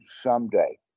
someday